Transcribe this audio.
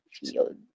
field